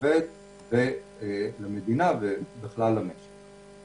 לעובד ולמדינה ובכלל למשק.